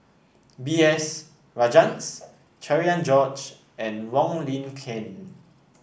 B S Rajhans Cherian George and Wong Lin Ken